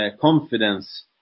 confidence